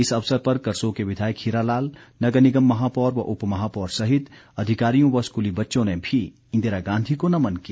इस अवसर पर करसोग के विधायक हीरा लाल नगर निगम महापौर व उप महापौर सहित अधिकारियों व स्कूली बच्चों ने भी इंदिरा गांधी को नमन किया